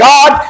God